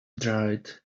dried